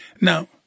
Now